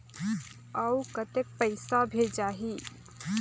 अउ कतेक पइसा भेजाही?